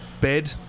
bed